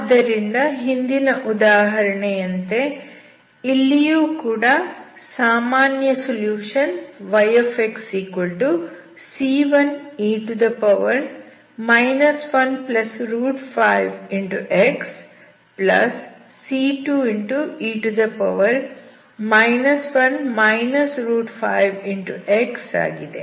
ಆದ್ದರಿಂದ ಹಿಂದಿನ ಉದಾಹರಣೆಯಂತೆ ಇಲ್ಲಿಯೂ ಕೂಡ ಸಾಮಾನ್ಯ ಸೊಲ್ಯೂಷನ್ yxc1e 15xc2e 1 5x ಆಗಿದೆ